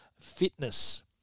fitness